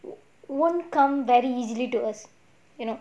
won't come very easily to us you know